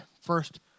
first